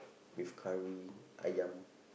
with curry ayam